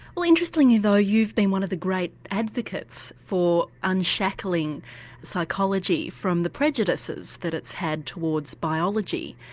well interestingly though you've been one of the great advocates for unshackling psychology from the prejudices that it's had towards biology.